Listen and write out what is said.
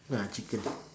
ah chicken